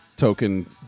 Token